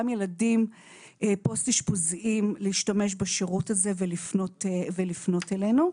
ילדים פוסט אישפוזיים להשתמש בשרות הזה ולפנות אלינו.